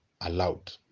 allowed